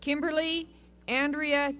kimberly andrea